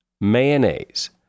Mayonnaise